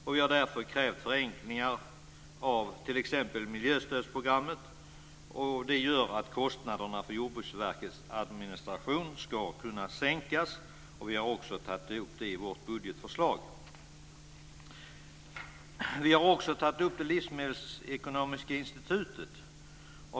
Vi har därför krävt förenklingar av t.ex. miljöstödsprogrammet. Därmed ska kostnaderna för Jordbruksverkets administration kunna sänkas. Också detta har vi tagit upp i vårt budgetförslag. Vidare har vi tagit upp frågan om Livsmedelsekonomiska institutet.